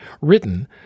written